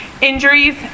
injuries